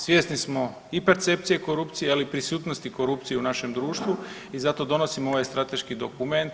Svjesni smo i percepcije korupcije, ali i prisutnosti korupcije u našem društvu i zato donosimo ovaj strateški dokument.